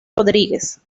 rodríguez